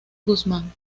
guzmán